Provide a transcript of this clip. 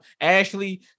Ashley